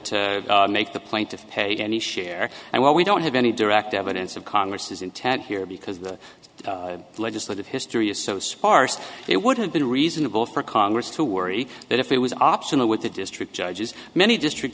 to make the plaintiff pay any share and while we don't have any direct evidence of congress's intent here because the legislative history is so sparse it would have been reasonable for congress to worry that if it was optional with the district judges many district